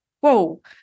whoa